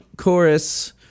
chorus